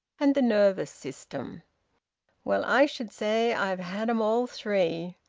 and the nervous system well, i should say i'd had em all three.